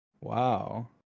wow